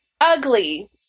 ugly